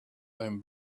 them